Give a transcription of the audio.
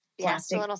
plastic